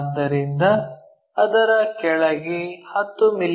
ಆದ್ದರಿಂದ ಅದರ ಕೆಳಗೆ 10 ಮಿ